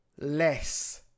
less